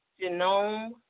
Genome